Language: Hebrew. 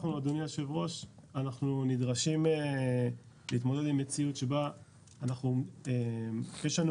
אדוני היושב ראש נדרשים להתמודד עם מציאות שבה אנחנו יש לנו